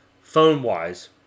phone-wise